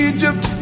Egypt